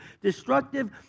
destructive